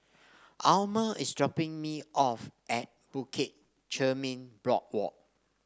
Alma is dropping me off at Bukit Chermin Boardwalk